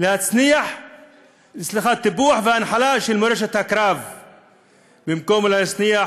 להנציח טיפוח והנחלה של מורשת הקרב במקום להנציח